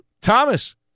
Thomas